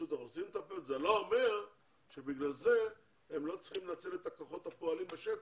זה לא אומר שבגלל זה הם לא צריכים לנצל את הכוחות שפועלים בשטח,